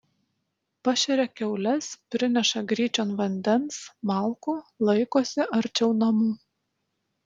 pašeria kiaules prineša gryčion vandens malkų laikosi arčiau namų